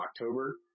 October